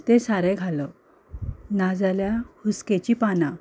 तें सारें घालप ना जाल्यार हुस्क्याचीं पानां